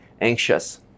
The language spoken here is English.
anxious